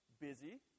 Busy